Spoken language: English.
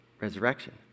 resurrection